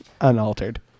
unaltered